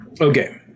Okay